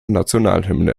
nationalhymne